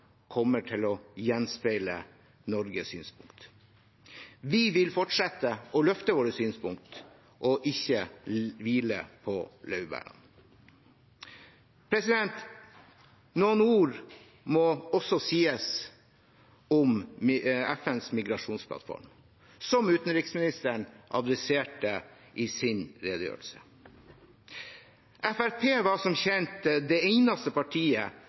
kommer til å gjenspeile Norges synspunkt. Vi vil fortsette å løfte våre synspunkter og ikke hvile på våre laurbær. Noen ord må også sies om FNs migrasjonsplattform, som utenriksministeren adresserte i sin redegjørelse. Fremskrittspartiet var som kjent det eneste partiet